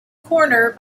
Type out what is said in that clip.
corner